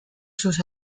sus